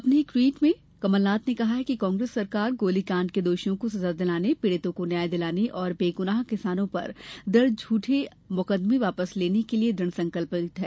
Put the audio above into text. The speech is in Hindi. अपने एक ट्वीट में कमलनाथ ने कहा कि कांग्रेस सरकार गोलीकांड के दोषियों को सजा दिलाने पीड़ितों को न्याय दिलाने और बेगुनाह किसानों पर दर्ज झूठे मुकदमें वापस लेने के लिये दुढसंकल्पित हैं